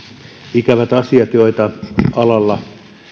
ikäviä asioita joita alalla